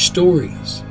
Stories